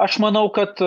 aš manau kad